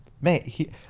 mate